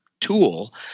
tool